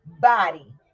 body